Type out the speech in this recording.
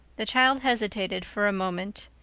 the child hesitated for a moment.